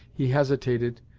he hesitated,